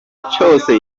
cyose